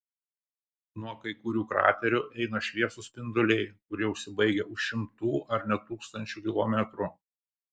nuo kai kurių kraterių eina šviesūs spinduliai kurie užsibaigia už šimtų ar net tūkstančių kilometrų